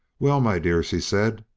well, my dear, she said,